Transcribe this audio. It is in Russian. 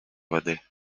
воды